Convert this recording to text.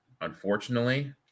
unfortunately